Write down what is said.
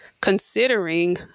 considering